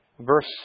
Verse